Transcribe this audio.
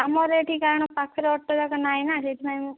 ଆମର ଏଠି କାରଣ ପାଖରେ ଅଟୋଯାକ ନାଇଁ ନା ସେଇଥିପାଇଁ ମୁଁ